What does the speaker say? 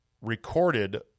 recorded